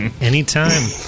anytime